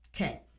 okay